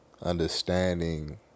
understanding